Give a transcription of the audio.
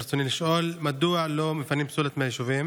ברצוני לשאול: 1. מדוע לא מפנים פסולת מהיישובים